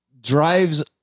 drives